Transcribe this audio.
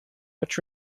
but